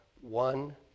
one